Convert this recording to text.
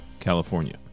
California